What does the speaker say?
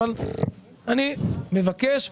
אבל מבקש,